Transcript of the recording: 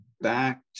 back